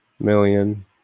million